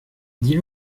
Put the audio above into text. dis